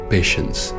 Patience